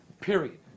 Period